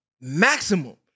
maximum